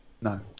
No